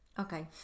okay